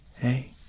Hey